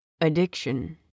Addiction